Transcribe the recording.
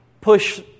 push